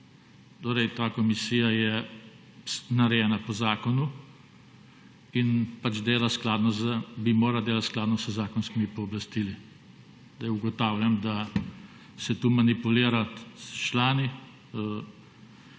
Torej, ta komisija je narejena po zakonu in bi morala delati skladno z zakonskimi pooblastili. Ugotavljam, da se tu manipulira s člani.